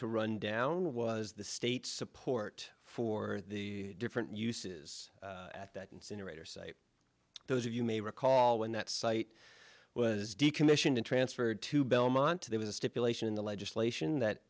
to run down was the state's support for the different uses at that incinerator site those of you may recall when that site was decommissioned and transferred to belmont there was a stipulation in the legislation that